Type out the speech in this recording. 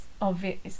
obvious